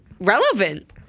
relevant